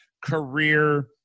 career